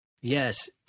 yes